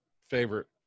favorite